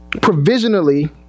provisionally